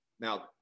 Now